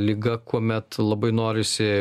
liga kuomet labai norisi